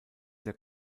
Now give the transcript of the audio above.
der